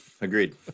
Agreed